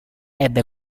ebbe